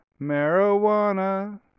marijuana